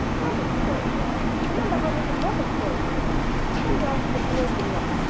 don't be discouraged, anne. remember how mrs. morgan's stories came back. send yours to the canadian woman.